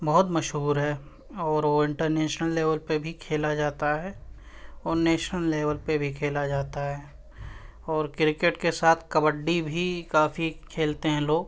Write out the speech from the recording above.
بہت مشہور ہے اور وہ انٹرنیشنل لیول پہ بھی کھیلا جاتا ہے اور نیشنل لیول پہ بھی کھیلا جاتا ہے اور کرکٹ کے ساتھ کبڈّی بھی کافی کھیلتے ہیں لوگ